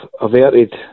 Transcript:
averted